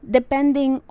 depending